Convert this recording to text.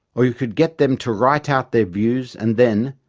or you could get them to write out their views and then,